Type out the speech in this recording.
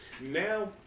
Now